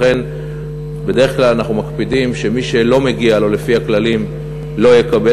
לכן בדרך כלל אנחנו מקפידים שמי שלא מגיע לו לפי הכללים לא יקבל,